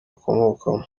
akomokamo